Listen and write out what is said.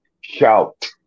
shout